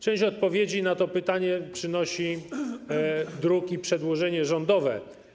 Część odpowiedzi na to pytanie przynosi druk i przedłożenie rządowe.